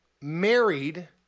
married